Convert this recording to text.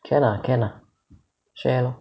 can ah can ah share lor